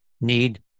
need